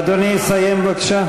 אדוני יסיים, בבקשה.